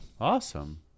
awesome